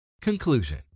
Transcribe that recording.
Conclusion